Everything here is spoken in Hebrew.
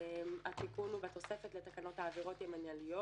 התיקון הוא בתוספת לתקנות העבירות המינהליות: